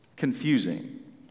confusing